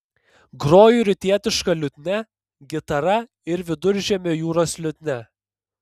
groju rytietiška liutnia gitara ir viduržemio jūros liutnia